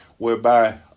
whereby